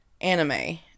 anime